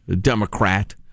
Democrat